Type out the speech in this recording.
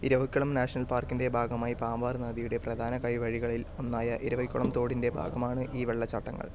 Eravikulam national പാർക്കിൻ്റെ ഭാഗമായി പാമ്പാർനദിയുടെ പ്രധാനകൈവഴികളിൽ ഒന്നായ ഇരവികുളം തോടിൻറെ ഭാഗമാണ് ഈ വെള്ളച്ചാട്ടങ്ങൾ